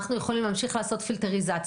אנחנו יכולים להמשיך לעשות פילטריזציה,